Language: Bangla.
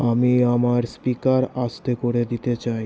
আমি আমার স্পিকার আস্তে করে দিতে চাই